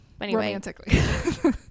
romantically